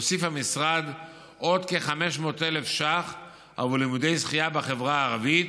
הוסיף המשרד עוד כ-500,000 שקלים עבור לימודי שחייה בחברה הערבית.